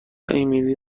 امیلی